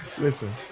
Listen